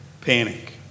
panic